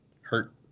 hurt